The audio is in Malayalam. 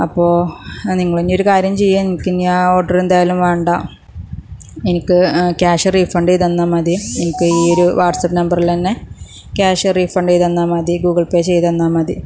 അപ്പോൾ നിങ്ങൾ ഇനി ഒരു കാര്യം ചെയ്യ് എനിക്ക് ആ ഓർഡർ എന്തായാലും വേണ്ട എനിക്ക് ക്യാഷ് റീഫണ്ട് ചെയ്ത് തന്നാൽ മതി എനിക്ക് ഈ ഒരു വാട്സാപ്പിൽ നമ്പറിൽ തന്നെ ക്യാഷ് റീഫണ്ട് ചെയ്തുതന്നാൽ മതി ഗൂഗിൾ പേ ചെയ്ത് തന്നാൽ മതി